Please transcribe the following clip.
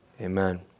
amen